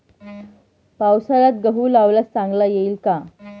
पावसाळ्यात गहू लावल्यास चांगला येईल का?